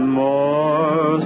more